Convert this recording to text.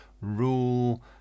rule